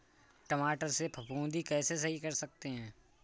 टमाटर से फफूंदी कैसे सही कर सकते हैं?